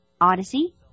Odyssey